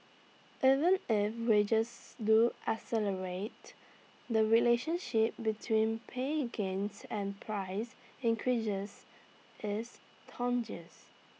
even if wages do accelerate the relationship between pay A gains and price increases is